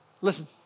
Listen